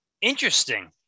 interesting